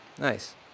Nice